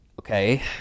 Okay